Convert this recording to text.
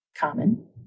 Common